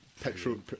petrol